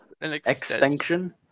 Extinction